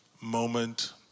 moment